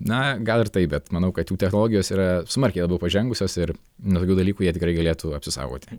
na gal ir taip bet manau kad jų technologijos yra smarkiai labiau pažengusios ir nuo tokių dalykų jie tikrai galėtų apsisaugoti